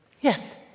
Yes